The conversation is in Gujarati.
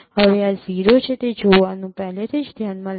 હવે આ 0 છે તે જોવાનું પહેલેથી જ ધ્યાનમાં લેવામાં આવ્યું છે